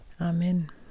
Amen